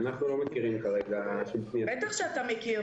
אנחנו לא מכירים כרגע שום פנייה --- בטח שאתה מכיר,